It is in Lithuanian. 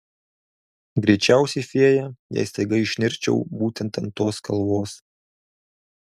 greičiausiai fėja jei staiga išnirčiau būtent ant tos kalvos